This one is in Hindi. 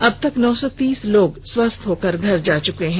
अब तक नौ सौ तीस लोग स्वस्थ होकर घर जा चुके हैं